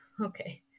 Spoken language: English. Okay